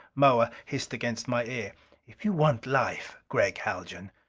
moa hissed against my ear if you want life, gregg haljan,